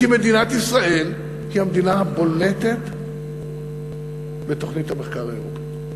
כי מדינת ישראל היא המדינה הבולטת בתוכנית המחקר האירופי.